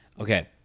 Okay